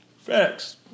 Facts